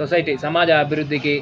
society సమాజ అభివృద్ధికి